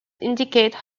indicate